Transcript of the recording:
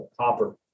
copper